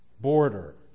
border